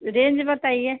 range बताइए